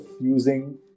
using